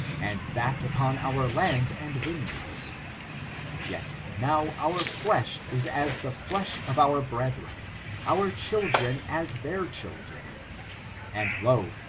and that upon our lands and vineyards yet, now our flesh is as the flesh of our brethren our children as their children and, lo,